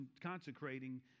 consecrating